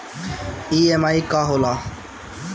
EMI का होला?